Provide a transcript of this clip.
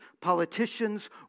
politicians